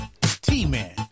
T-Man